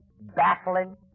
baffling